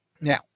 Now